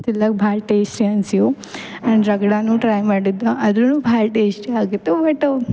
ಭಾಳ ಟೇಸ್ಟಿ ಅನ್ಸಿವು ಆ್ಯಂಡ್ ರಗಡನು ಟ್ರೈ ಮಾಡಿದ್ದೊ ಆದ್ರೂನು ಭಾಳ ಟೇಸ್ಟಿ ಆಗಿತ್ತು ಬಟ್